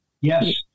Yes